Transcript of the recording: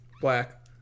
black